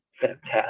fantastic